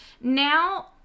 Now